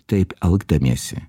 taip elgdamiesi